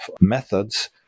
methods